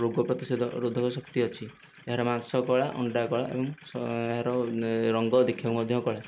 ରୋଗ ପ୍ରତିଶେଧ ରୋଧକ ଶକ୍ତି ଅଛି ଏହାର ମାଂସ କଳା ଅଣ୍ଡା କଳା ଏବଂ ସ୍ ଏହାର ରଙ୍ଗ ଦେଖିବାକୁ ମଧ୍ୟ କଳା